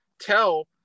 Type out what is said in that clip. tell